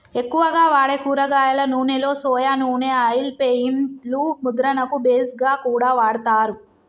ఎక్కువగా వాడే కూరగాయల నూనెలో సొయా నూనె ఆయిల్ పెయింట్ లు ముద్రణకు బేస్ గా కూడా వాడతారు